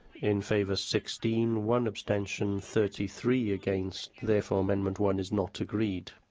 in favour sixteen, one abstention, thirty three against. therefore, amendment one is not agreed.